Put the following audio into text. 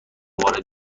وارد